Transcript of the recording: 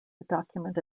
document